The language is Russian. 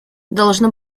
должно